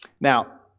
Now